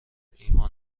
ایمان